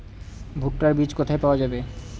ভুট্টার বিজ কোথায় পাওয়া যাবে?